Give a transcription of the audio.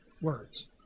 words